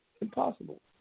Impossible